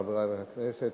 חברי חברי הכנסת,